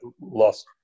lost